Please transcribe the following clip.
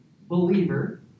believer